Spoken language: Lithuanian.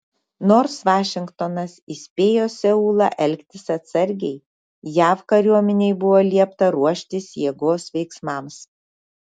nors vašingtonas įspėjo seulą elgtis atsargiai jav kariuomenei buvo liepta ruoštis jėgos veiksmams